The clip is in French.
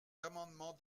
d’amendements